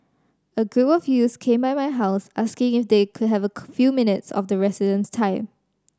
a group of youths came by my house asking if they could have a few minutes of the resident's time